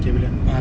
K boleh ah